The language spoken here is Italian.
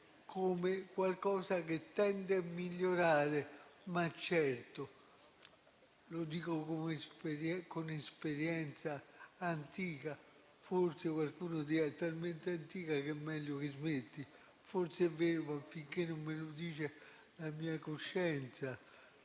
come qualcosa che tende a migliorare. Lo dico con esperienza antica (e forse qualcuno dirà che è talmente antica che è meglio che io smetta; forse è vero, ma finché non me lo dice la mia coscienza